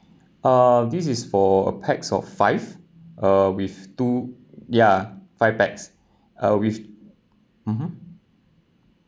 uh this is for uh pax of five uh with two ya five pax uh with mmhmm